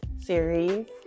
series